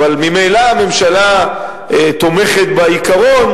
אבל ממילא הממשלה תומכת בעיקרון,